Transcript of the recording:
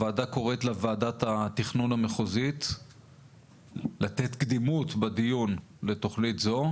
הוועדה קוראת לוועדת התכנון המחוזית לתת קדימות בדיון בתוכנית זו,